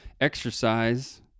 Exercise